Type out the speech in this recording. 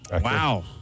Wow